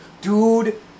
dude